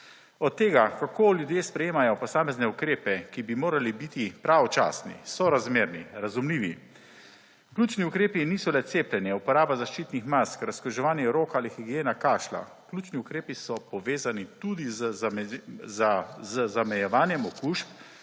Od tega kako ljudje sprejemajo posamezne ukrepe, ki bi morali biti pravočasni, sorazmerni, razumljivi. Ključni ukrepi niso le cepljenje, uporaba zaščitnih mask, razkuževanje rok ali higiena kašlja, ključni ukrepi so povezani tudi z zamejevanjem okužb